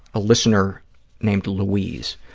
a listener named louise,